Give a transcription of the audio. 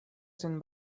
sen